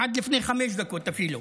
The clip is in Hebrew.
עד לפני חמש דקות אפילו.